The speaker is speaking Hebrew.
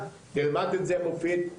תלמד את זה מופיד,